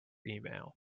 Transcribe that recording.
email